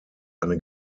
eine